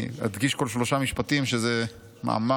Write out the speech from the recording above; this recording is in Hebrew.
אני מדגיש כל שלושה משפטים, שזה מאמר